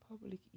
public